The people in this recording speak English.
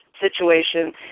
situation